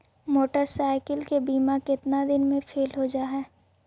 Motorcycle के बिमा केतना दिन मे फेल हो जा है?